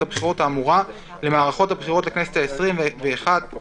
הבחירות האמורה למערכות הבחירות לכנסת העשרים ואחת,